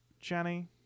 Jenny